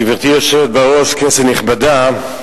גברתי היושבת-ראש, כנסת נכבדה,